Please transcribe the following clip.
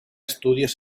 estudios